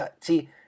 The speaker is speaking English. See